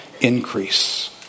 increase